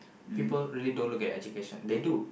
people really don't look at education they do